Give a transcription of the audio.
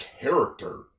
character